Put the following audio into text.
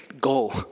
go